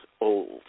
old